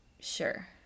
Sure